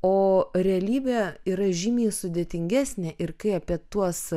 o realybė yra žymiai sudėtingesnė ir kai apie tuos